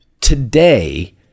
today